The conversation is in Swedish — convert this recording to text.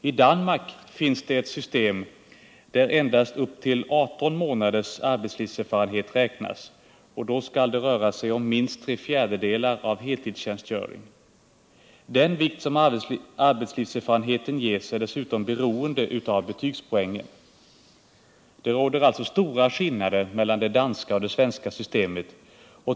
I Danmark finns det ett system där endast upp till arton månaders arbetslivserfarenhet räknas, och då skall det röra sig om minst tre fjärdedelar av heltidstjänstgöring. Den vikt som arbetslivserfarenheten ges är dessutom beroende av betygspoängen. Det råder alltså stora skillnader mellan det danska och det svenska systemet.